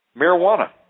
marijuana